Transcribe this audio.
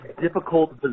difficult